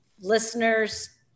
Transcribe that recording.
listeners